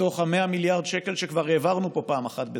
מתוך ה-100 מיליארד שקל שכבר העברנו פה פעם אחת בדחיפות.